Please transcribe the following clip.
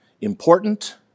important